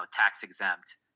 tax-exempt